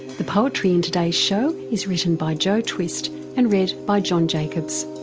the poetry in today's show is written by joe twist and read by john jacobs.